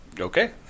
Okay